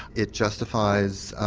it justifies,